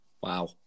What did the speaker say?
Wow